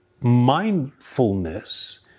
Mindfulness